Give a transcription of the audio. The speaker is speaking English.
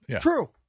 True